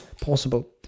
possible